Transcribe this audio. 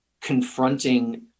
confronting